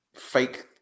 fake